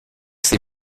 ses